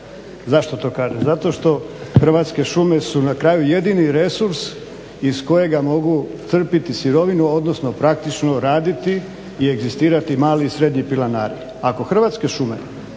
Zašto to kažem? Zato što su Hrvatske šume jedini resurs iz kojega mogu crpiti sirovinu odnosno praktično raditi i egzistirati mali i srednji pilanari. Ako Hrvatske šume